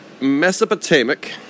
Mesopotamic